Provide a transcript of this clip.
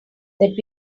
that